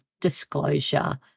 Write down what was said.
disclosure